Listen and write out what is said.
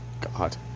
God